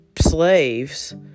slaves